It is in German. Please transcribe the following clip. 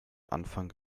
anfang